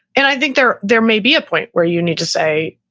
and i think there there may be a point where you need to say,